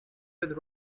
with